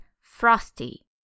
frosty